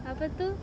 apa tu